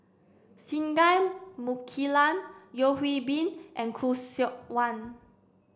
Singai Mukilan Yeo Hwee Bin and Khoo Seok Wan